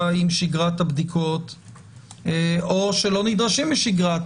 עם שגרת הבדיקות או שלא נדרשים לשגרת